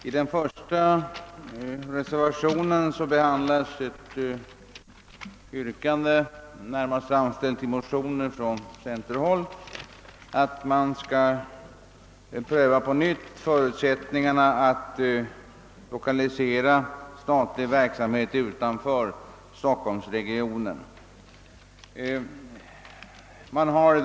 I reservationen 1 behandlas ett yrkande, som framställts i motioner från centerpartihåll, att möjligheterna att lokalisera statlig verksamhet till orter utanför stockholmsregionen på nytt prövas.